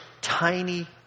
tiny